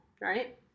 right